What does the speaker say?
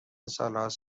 سالهاست